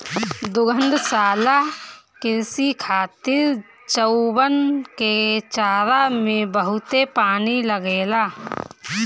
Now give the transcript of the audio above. दुग्धशाला कृषि खातिर चउवन के चारा में बहुते पानी लागेला